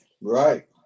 Right